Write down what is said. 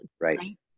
Right